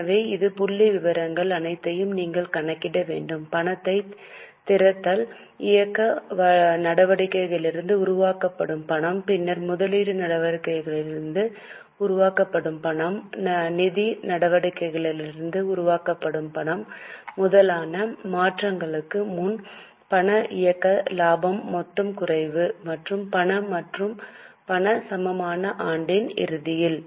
எனவே இந்த புள்ளிவிவரங்கள் அனைத்தையும் நீங்கள் கணக்கிட வேண்டும் பணத்தைத் திறத்தல் இயக்க நடவடிக்கைகளிலிருந்து உருவாக்கப்படும் பணம் பின்னர் முதலீட்டு நடவடிக்கைகளிலிருந்து உருவாக்கப்படும் பணம் நிதி நடவடிக்கைகளிலிருந்து உருவாக்கப்படும் பணம் மூலதன மாற்றங்களுக்கு முன் பண இயக்க லாபத்தின் மொத்த குறைவு மற்றும் பண மற்றும் பண சமமான ஆண்டின் இறுதியில்